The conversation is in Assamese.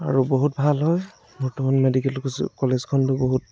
আৰু বহুত ভাল হয় বৰ্তমান মেডিকেল কলেজখনলৈ বহুত